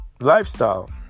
lifestyle